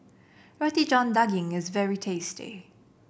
Roti John Daging is very tasty